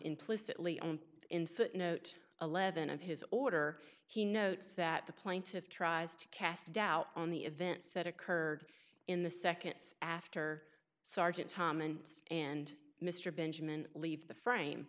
footnote eleven of his order he notes that the plaintiff tries to cast doubt on the events that occurred in the seconds after sergeant tom and and mr benjamin leave the frame